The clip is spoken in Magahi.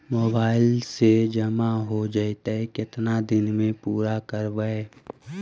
मोबाईल से जामा हो जैतय, केतना दिन में पुरा करबैय?